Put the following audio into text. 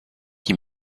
qui